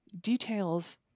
details